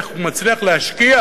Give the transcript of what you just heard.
איך הוא מצליח להשכיח